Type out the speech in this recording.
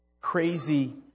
crazy